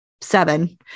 seven